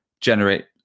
generate